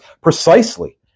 precisely